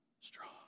strong